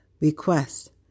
request